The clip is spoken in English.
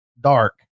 dark